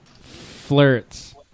flirts